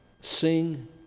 sing